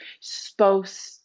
supposed